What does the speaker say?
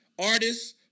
artists